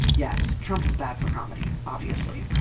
yes, trump is bad for comedy, obviously.